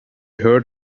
heard